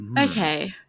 okay